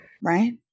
Right